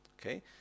Okay